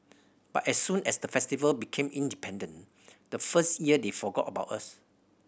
but as soon as the Festival became independent the first year they forgot about us